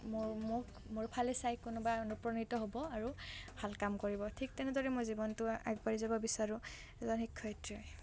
মোৰ মোক মোৰফালে চাই কোনোবা অনুপ্ৰাণিত হ'ব আৰু ভাল কাম কৰিব ঠিক তেনেদৰে মোৰ জীৱনটো আগবাঢ়ি যাব বিচাৰোঁ এজন শিক্ষয়িত্ৰী হৈ